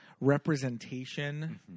representation